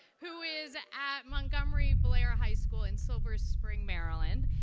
who is at montgomery blaire high school in silver spring maryland.